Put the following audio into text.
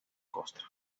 costra